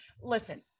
Listen